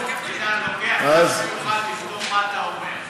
ביטן, לבדוק מה אתה אומר.